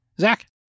Zach